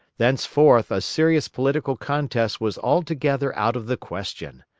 thenceforth, a serious political contest was altogether out of the question.